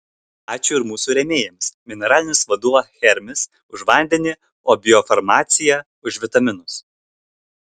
ačiū ir mūsų rėmėjams mineralinis vanduo hermis už vandenį o biofarmacija už vitaminus